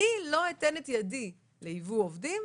אני לא אתן את ידי לייבוא עובדים,